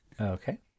Okay